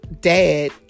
dad